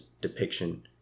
depiction